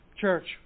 church